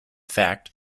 fact